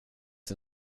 det